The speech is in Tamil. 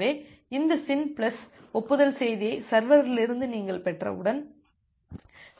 எனவே இந்த SYN பிளஸ் ஒப்புதல் செய்தியை சர்வரிலிருந்து நீங்கள் பெற்றவுடன்